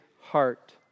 heart